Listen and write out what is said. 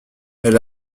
elle